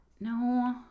No